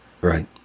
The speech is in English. Right